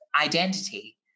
identity